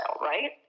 right